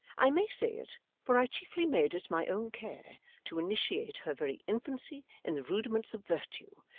i may say it, for i chiefly made it my own care to initiate her very infancy in the rudiments of virtue,